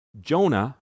Jonah